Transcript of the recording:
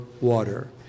water